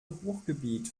ruhrgebiet